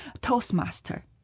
Toastmaster